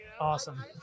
Awesome